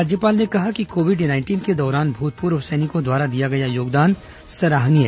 राज्यपाल ने कहा कि कोविड नाइंटीन के दौरान भूतपूर्व सैनिकों द्वारा दिया गया योगदान सराहनीय